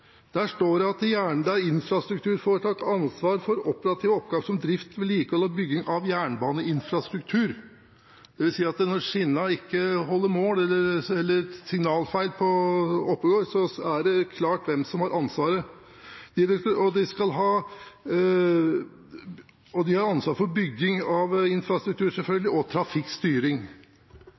Der står det at infrastrukturforetaket skal ha ansvar for operative oppgaver som drift, vedlikehold og bygging av jernbaneinfrastruktur. Det vil si at når skinnen ikke holder mål, eller det er signalfeil på Oppegård, er det klart hvem som har ansvaret. De har ansvar for bygging av infrastruktur – selvfølgelig – og trafikkstyring.